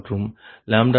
76 மற்றும் 2min39